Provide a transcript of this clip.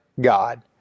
God